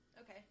Okay